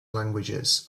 languages